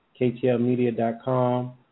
ktlmedia.com